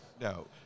no